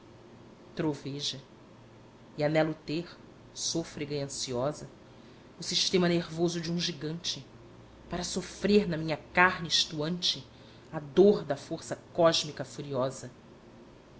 troveja e anelo ter sôfrega e ansiosa o sistema nervoso de um gigante para sofrer na minha carne estuante a dor da força cósmica furiosa